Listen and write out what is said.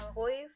boy